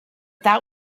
that